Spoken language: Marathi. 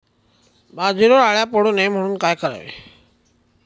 बाजरीवर अळ्या पडू नये म्हणून काय करावे?